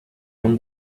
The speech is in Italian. non